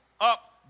up